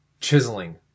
chiseling